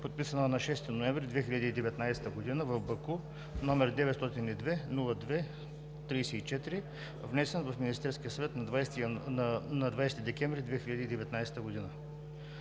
подписана на 6 ноември 2019 г. в Баку, № 902-02-34, внесен от Министерския съвет на 20 декември 2019 г.